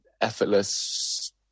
effortless